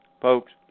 folks